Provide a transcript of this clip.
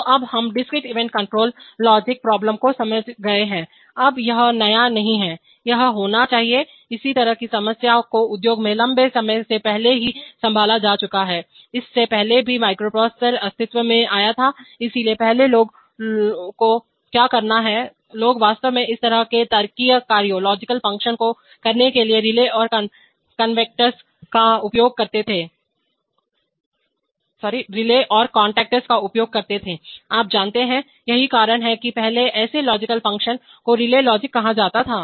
तो अब हम discrete event control logic problem को समझ गए हैं अब यह नया नहीं है यह होना चाहिए इस तरह की समस्याओं को उद्योग में लंबे समय से पहले ही संभाला जा चुका है इससे पहले भी माइक्रोप्रोसेसर अस्तित्व में आया था इसलिए पहले लोगों को क्या करना है लोग वास्तव में इस तरह के तार्किक कार्यों लॉजिकल फंक्शनको करने के लिए रिले और कॉन्टैक्टर्स का उपयोग करते थे आप जानते हैं यही कारण है कि पहले ऐसे लॉजिकल फंक्शन को रिले लॉजिक कहा जाता था